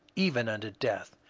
even unto death.